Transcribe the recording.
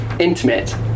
Intimate